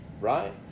right